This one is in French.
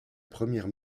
première